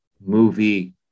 movie